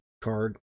card